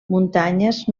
muntanyes